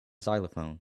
xylophone